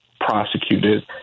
prosecuted